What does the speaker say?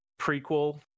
prequel